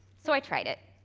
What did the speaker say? so i tried it,